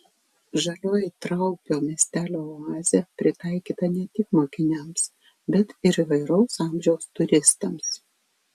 žalioji traupio miestelio oazė pritaikyta ne tik mokiniams bet ir įvairaus amžiaus turistams